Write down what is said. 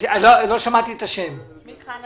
קודם